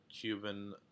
Cuban